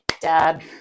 dad